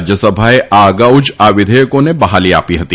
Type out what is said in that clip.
રાજ્યસભાએ આ અગાઉ જ આ વિઘેયકોને બહાલી આપી હતી